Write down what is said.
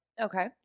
Okay